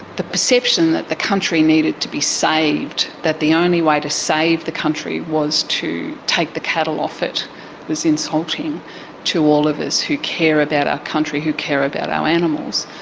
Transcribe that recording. the perception that the country needed to be saved, that the only way to save the country was to take the cattle off it. it was insulting to all of us who care about our country, who care about our animals,